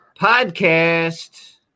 Podcast